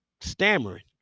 stammering